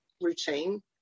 routine